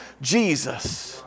Jesus